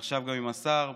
ועכשיו גם עם השר,